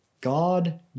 God